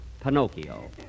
Pinocchio